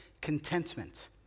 contentment